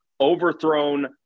overthrown